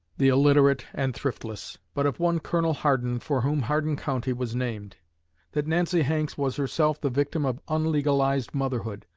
the illiterate and thriftless, but of one colonel hardin for whom hardin county was named that nancy hanks was herself the victim of unlegalized motherhood,